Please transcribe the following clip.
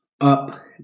Up